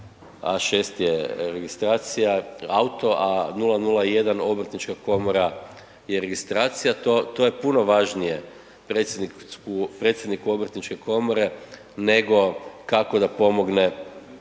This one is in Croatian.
A6 je registracija, auto, a 001 Obrtnička komora je registracija to je puno važnije predsjedniku Obrtničke komore, nego kako da pomogne,